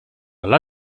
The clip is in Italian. alla